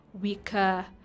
weaker